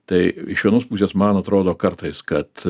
tai iš vienos pusės man atrodo kartais kad